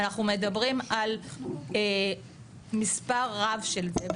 אנחנו מדברים על מספר רב של זה.